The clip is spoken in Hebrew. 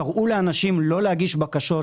קראו לאנשים לא להגיש בקשות,